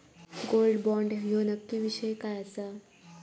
Gold bond ह्यो नक्की विषय काय आसा?